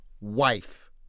wife